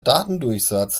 datendurchsatz